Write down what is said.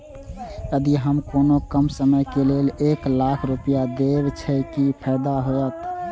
यदि हम कोनो कम समय के लेल एक लाख रुपए देब छै कि फायदा होयत?